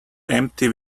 empty